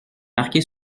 marqué